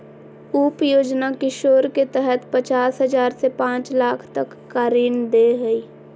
उप योजना किशोर के तहत पचास हजार से पांच लाख तक का ऋण दे हइ